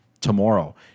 tomorrow